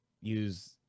use